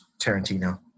Tarantino